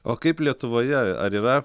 o kaip lietuvoje ar yra